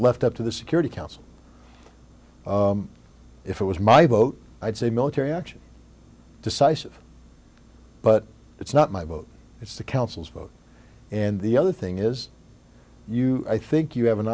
left up to the security council if it was my vote i'd say military action decisive but it's not my vote it's the council's vote and the other thing is you i think you have an